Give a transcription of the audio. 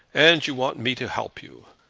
and you want me to help you?